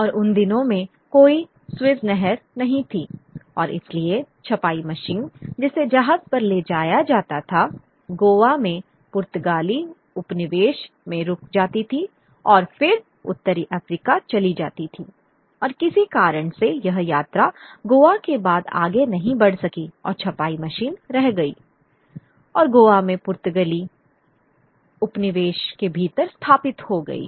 और उन दिनों में कोई स्विस नहर नहीं थी और इसलिए छपाई मशीन जिसे जहाज पर ले जाया जाता था गोवा में पुर्तगाली उपनिवेश में रुक जाती थी और फिर उत्तरी अफ्रीका चली जाती थी और किसी कारण से वह यात्रा गोवा के बाद आगे नहीं बढ़ सकी और छपाई मशीन रह गई और गोवा में पुर्तगाली उपनिवेश के भीतर स्थापित हो गई